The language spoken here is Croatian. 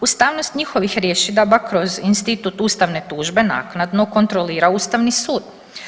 Ustavnost njihovih rješidaba kroz institut ustavne tužbe naknadno kontrolira Ustavni sud.